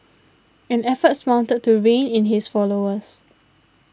and efforts mounted to rein in his followers